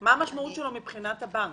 מה המשמעות שלו מבחינת הבנק?